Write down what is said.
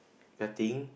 nothing